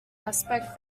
aspect